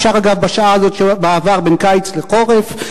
אפשר אגב בשעה הזאת במעבר בין קיץ לחורף,